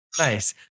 Nice